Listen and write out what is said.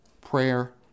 prayer